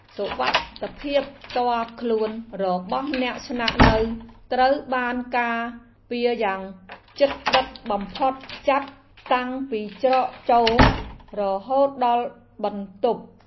សុវត្ថិភាពផ្ទាល់ខ្លួនរបស់អ្នកស្នាក់នៅត្រូវបានការពារយ៉ាងជិតដិតបំផុតចាប់តាំងពីច្រកចូលរហូតដល់បន្ទប់។